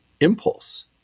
impulse